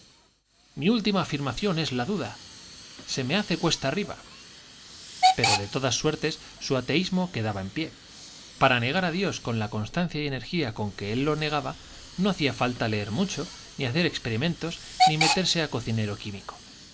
mi última afirmación es la duda se me hace cuesta arriba pero de todas suertes su ateísmo quedaba en pie para negar a dios con la constancia y energía con que él lo negaba no hacía falta leer mucho ni hacer experimentos ni meterse a cocinero químico